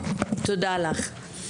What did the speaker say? תודה לך.